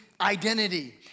identity